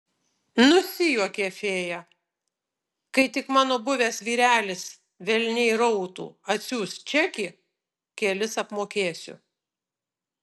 nusijuokė fėja kai tik mano buvęs vyrelis velniai rautų atsiųs čekį kelis apmokėsiu